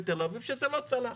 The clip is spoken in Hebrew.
שזה לא צלח.